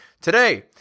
Today